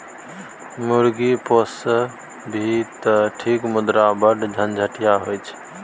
मुर्गी पोसभी तँ ठीक मुदा ओ बढ़ झंझटिया होए छै